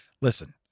Listen